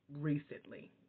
recently